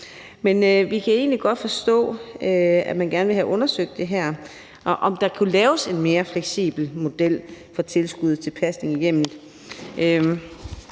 Men vi kan egentlig godt forstå, at man gerne vil have undersøgt det her, og om der kunne laves en mere fleksibel model for tilskud til pasning i hjemmet.